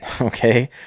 okay